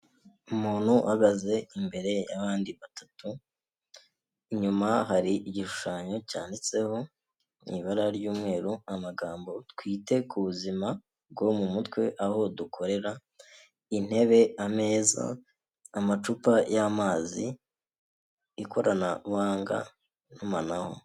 Umuntu uhagaze imbere y'abandi batatu, inyuma hari igishushanyo cyanditseho mu ibara ry'umweru amagambo, " Twite ku buzima bwo mu mutwe aho dukorera". Intebe, ameza, amacupa y'amazi ikoranabuhanga n'itumanaho.